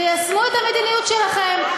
תיישמו את המדיניות שלכם.